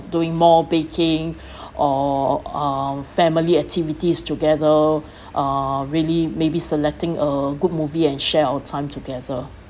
doing more baking or uh family activities together uh really maybe selecting a good movie and share our time together